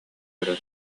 көрөн